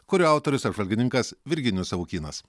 kurio autorius apžvalgininkas virginijus savukynas